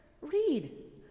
Read